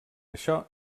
això